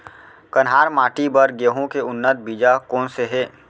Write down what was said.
कन्हार माटी बर गेहूँ के उन्नत बीजा कोन से हे?